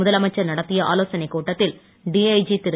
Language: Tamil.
முதலமைச்சர் நடத்திய ஆலேசானைக் கூட்டத்தில் டிஐஜி திரு